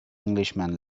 englishman